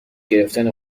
گرفتن